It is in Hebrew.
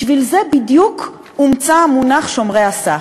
בשביל זה בדיוק הומצא המונח "שומרי הסף",